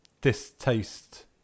distaste